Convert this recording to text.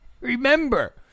remember